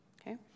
Okay